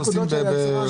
לעבור.